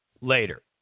Later